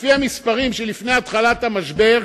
לפי המספרים שלפני התחלת המשבר,